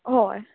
होय